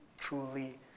truly